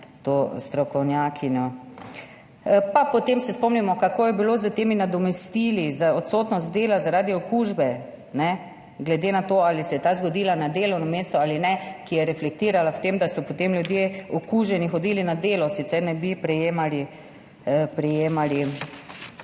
to strokovnjakinjo. Potem se spomnimo, kako je bilo s temi nadomestili za odsotnost z dela zaradi okužbe glede na to, ali se je ta zgodila na delovnem mestu ali ne, ki so reflektirala v tem, da so potem ljudje okuženi hodili na delo, sicer ne bi prejemali